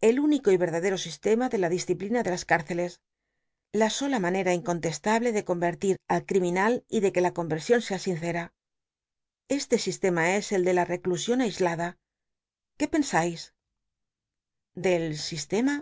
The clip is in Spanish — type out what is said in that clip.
el únjco y y sistema de la disciplina de las cárceles la sola manera incontestable de comertir al criminal y de que la coil'crsion sea sincera es le sistema es el de la reclusion aislada qué pcnsaís del sistema